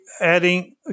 adding